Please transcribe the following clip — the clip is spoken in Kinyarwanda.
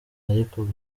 ariko